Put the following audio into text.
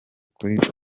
kuri